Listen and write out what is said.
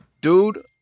dude